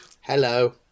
Hello